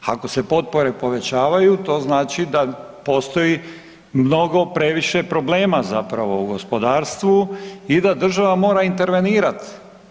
Ako se potpore povećavaju to znači da postoji mnogo previše problema zapravo u gospodarstvu i da država mora intervenirati.